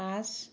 পাঁচ